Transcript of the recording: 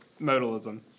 modalism